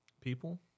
people